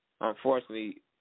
unfortunately